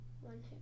One